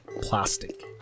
plastic